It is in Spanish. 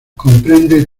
comprende